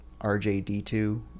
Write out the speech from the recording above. RJD2